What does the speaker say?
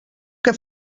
que